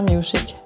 Music